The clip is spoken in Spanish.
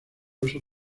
uso